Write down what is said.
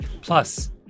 Plus